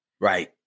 Right